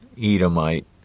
Edomite